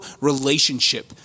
relationship